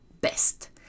best